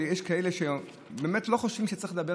שיש כאלה שבאמת לא חושבים